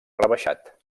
rebaixat